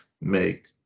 make